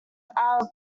are